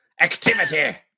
activity